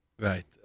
Right